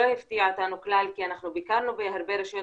לא הפתיעו אותנו כלל כי אנחנו ביקרנו בהרבה רשויות